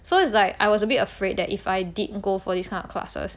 so it's like I was a bit afraid that if I did go for this kind of classes